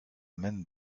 maine